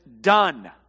done